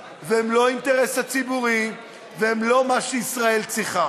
והם רצונותיו והם לא האינטרס הציבורי והם לא מה שישראל צריכה.